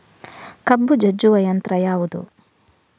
ಕಬ್ಬು ಜಜ್ಜುವ ಯಂತ್ರ ಯಾವುದು?